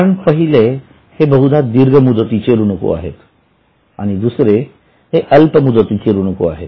कारण पहिले हे बहुधा दीर्घ मुदतीचे ऋणको आहेत आणि दुसरे हे अल्प मुदतीचे ऋणको आहेत